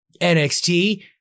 NXT